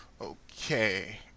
Okay